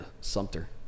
Sumter